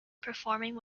performing